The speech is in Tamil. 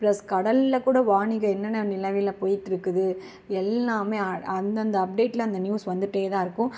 ப்ளஸ் கடல்ல கூட வானிலை என்னென்ன நிலமையில் போயிட்டிருக்குது எல்லாமே அ அந்தந்த அப்டேட்ல அந்த நியூஸ் வந்துகிட்டேதான் இருக்கும்